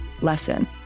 lesson